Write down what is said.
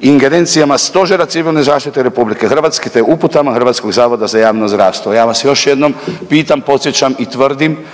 ingerencijama Stožera civilne zaštite RH te uputama HZJZ-a. Ja vas još jednom pitam, podsjećam i tvrdim